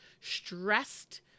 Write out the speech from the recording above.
stressed